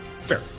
Fair